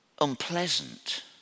unpleasant